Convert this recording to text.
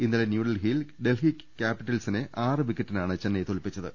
ഇന്നലെ ന്യൂഡൽഹിയിൽ ഡൽഹി ക്യാപിറ്റൽസിനെ ആറ് വിക്കറ്റിനാണ് ചെന്നൈ തോൽപിച്ചത്